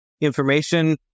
information